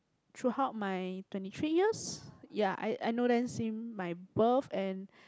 throughout my twenty three years ya I I know them seen my birth and